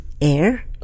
air